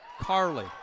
Carly